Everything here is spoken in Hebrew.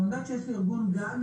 אני יודעת שיש לי ארגון גג